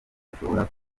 bashobora